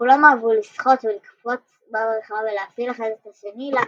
וכלם אהבו לשחות ולקפץ לברכה ולהפיל אחד את השני למים.